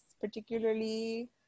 particularly